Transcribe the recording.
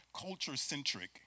culture-centric